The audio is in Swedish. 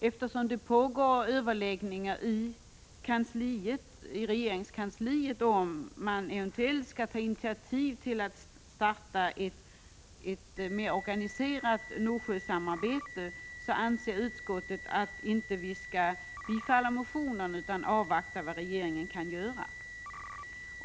Eftersom det pågår överläggningar i regeringskansliet om huruvida man eventuellt skall ta initiativ till ett mer organiserat Nordsjösamarbete, anser utskottet att vi inte skall bifalla motionen utan avvakta vad regeringen kan göra.